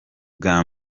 bwa